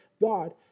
God